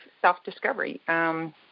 self-discovery